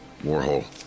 Warhol